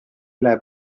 üle